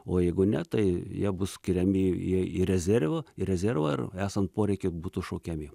o jeigu ne tai jie bus skiriami į rezervą į rezervą ir esant poreikiui būtų šaukiami